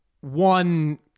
One